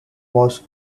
was